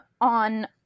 on